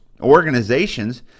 organizations